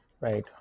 right